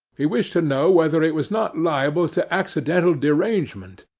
he wished to know whether it was not liable to accidental derangement?